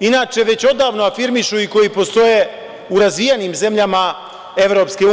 inače već odavno afirmišu i koji postoje u razvijenim zemljama EU.